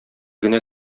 генә